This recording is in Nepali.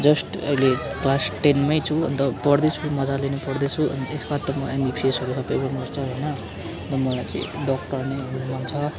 जस्ट अहिले क्लास टेनमै छु अन्त पढ्दैछु मजाले नै पढ्दैछु अनि यसमा त एमबिबिएसहरू सबै पढ्नु पर्छ होइन र मलाई चाहिँ डक्टर नै हुनु मन छ